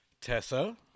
Tessa